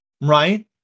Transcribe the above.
right